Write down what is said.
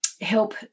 help